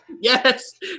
Yes